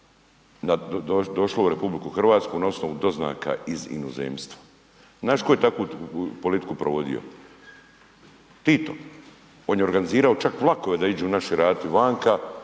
došlo u RH na osnovu doznaka iz inozemstva. Znaš tko je takvu politiku provodio? Tito, on je organizirao čak vlakove da iđu naši raditi vanka